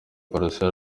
pallaso